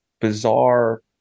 bizarre